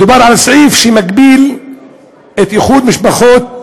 מדובר בסעיף שמגביל איחוד משפחות,